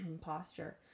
posture